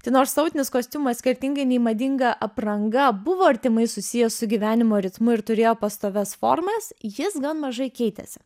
tai nors tautinis kostiumas skirtingai nei madinga apranga buvo artimai susijęs su gyvenimo ritmu ir turėjo pastovias formas jis gan mažai keitėsi